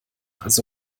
also